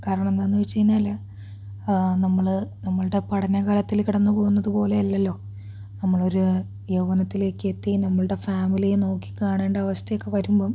കാരണം എന്താണെന്നു വെച്ചു കഴിഞ്ഞാൽ നമ്മൾ നമ്മളുടെ പഠന കാലത്തിൽ കടന്നു പോകുന്നതു പോലെയല്ലല്ലോ നമ്മളൊരു യൗവ്വനത്തിലേക്കെത്തി നമ്മളുടെ ഫാമിലിയെ നോക്കിക്കാണേണ്ട അവസ്ഥയൊക്കെ വരുമ്പം